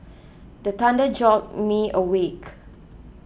the thunder jolt me awake